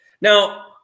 Now